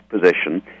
position